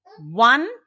one